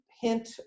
hint